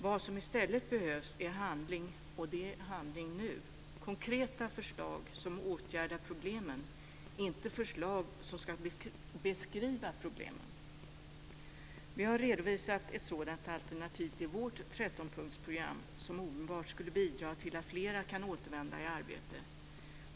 Vad som i stället behövs är handling nu, dvs. konkreta förslag som åtgärdar problemen, inte förslag som beskriver problemen. Vi har redovisat ett sådant alternativ i vårt 13 punktsprogram som omedelbart skulle bidra till att fler kan återvända i arbete.